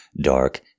dark